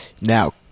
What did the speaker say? now